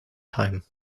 time